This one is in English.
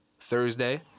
Thursday